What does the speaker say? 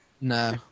no